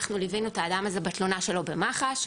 אנחנו ליווינו את האדם הזה בתלונה שלו במח"ש.